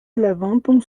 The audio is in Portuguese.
levantam